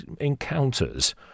encounters